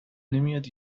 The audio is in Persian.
نمیاد